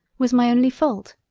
was my only fault,